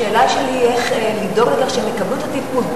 השאלה שלי היא איך לדאוג לכך שהם יקבלו את הטיפול,